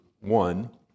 one